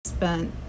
spent